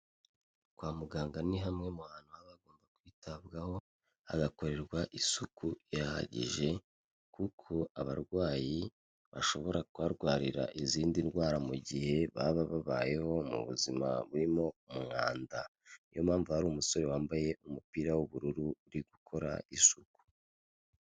Kwa muganga ni hamwe mu hantu haba hagomba kwitabwaho hagakorerwa isuku ihagije kuko abarwayi bashobora kuharwarira izindi ndwara mu gihe baba babayeho mu buzima burimo umwanda, niyo mpamvu hari umusore wambaye umupira w'ubururu uri gukora isuku.